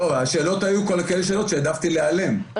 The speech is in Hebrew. השאלות היו כאלה שאלות שהעדפתי להיעלם.